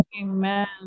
Amen